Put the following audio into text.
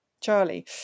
Charlie